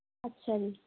ਅੱਛਾ ਜੀ